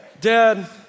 Dad